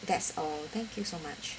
that's all thank you so much